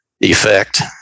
effect